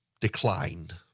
declined